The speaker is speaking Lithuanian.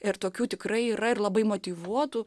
ir tokių tikrai yra ir labai motyvuotų